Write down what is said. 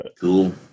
Cool